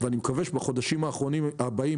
ואני מקווה שבחודשים הבאים,